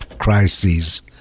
crises